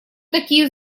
такие